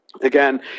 Again